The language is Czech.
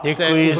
Děkuji.